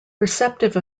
receptive